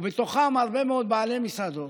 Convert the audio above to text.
ובתוכם הרבה מאוד בעלי מסעדות,